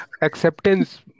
acceptance